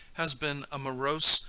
has been a morose,